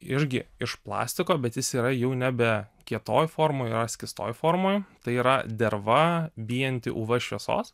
irgi iš plastiko bet jis yra jau nebe kietoj formoj o yra skystoj formoj tai yra derva bijanti uv šviesos